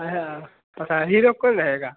हाँ हाँ तो हीरो कौन रहेगा